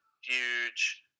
huge